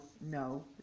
no